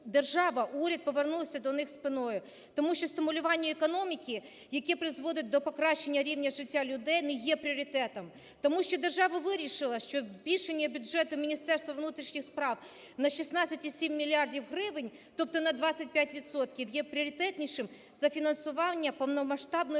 уряд повернулися до них спиною. Тому що стимулювання економіки, яке призводить до покращення рівня життя людей не є пріоритетом. Тому що держава вирішила, що збільшення бюджету Міністерства внутрішніх справ на 16,7 мільярдів гривень, тобто на 25 відсотків, є пріоритетнішим за фінансування повномасштабної